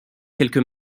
quelques